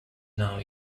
now